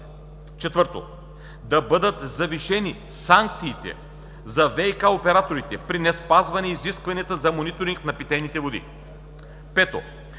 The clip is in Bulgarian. IV. Да бъдат завишени санкциите за ВиК операторите при неспазване на изискванията за мониторинг на питейните води. V.